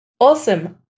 Awesome